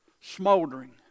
smoldering